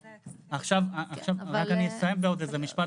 רק אני אסיים בעוד איזה משפט וחצי.